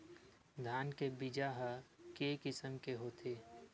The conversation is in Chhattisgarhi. धान के बीजा ह के किसम के होथे?